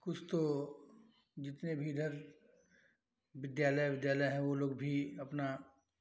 कुछ तो जितने भी इधर विद्यालय उद्यालय हैं वह लोग भी अपना